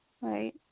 right